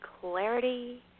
clarity